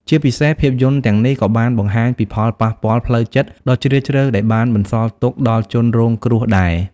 ជាពិសេសភាពយន្តទាំងនេះក៏បានបង្ហាញពីផលប៉ះពាល់ផ្លូវចិត្តដ៏ជ្រាលជ្រៅដែលបានបន្សល់ទុកដល់ជនរងគ្រោះដែរ។